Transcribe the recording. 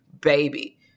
baby